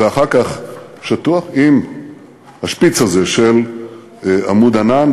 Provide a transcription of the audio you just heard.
אחר כך שטוח עם השפיץ הזה של "עמוד ענן",